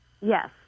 Yes